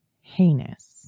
heinous